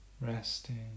Resting